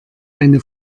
eine